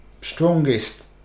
strongest